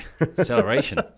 acceleration